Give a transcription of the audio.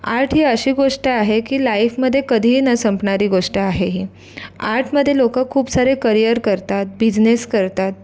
art ही अशी गोष्ट आहे की लाईफमध्ये कधीही न संपणारी गोष्ट आहे ही आर्टमध्ये लोकं खूप सारे करियर करतात बिजनेस करतात